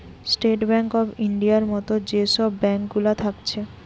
state bank of ইন্ডিয়ার মত যে সব ব্যাঙ্ক গুলা থাকছে